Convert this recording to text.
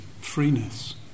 freeness